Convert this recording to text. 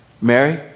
Mary